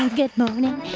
and good morning